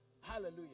Hallelujah